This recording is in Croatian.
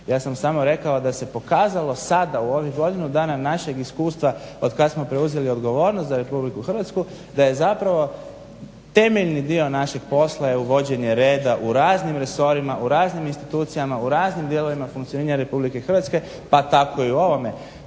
Ja sam samo rekao da se pokazalo sada u ovih godinu dana našeg iskustva otkad smo preuzeli odgovornost za RH da je zapravo temeljni dio našeg posla uvođenje reda u raznim resorima, u raznim institucijama, u raznim dijelovima funkcioniranja RH pa tako i u ovome.